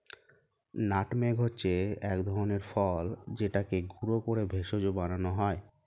nutmeg হচ্ছে এক ধরনের ফল যেটাকে গুঁড়ো করে ভেষজ বানানো হয়